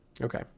okay